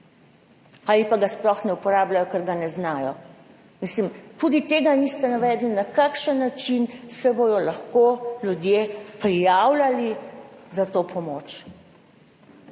ali pa ga sploh ne uporabljajo, ker ga ne znajo, mislim, tudi tega niste navedli, na kakšen način se bodo lahko ljudje prijavljali za to pomoč,